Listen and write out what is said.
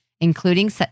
including